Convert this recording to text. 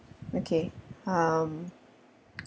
okay um